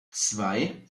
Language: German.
zwei